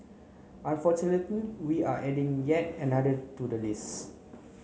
unfortunately we're adding yet another to the list